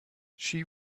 she